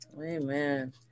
Amen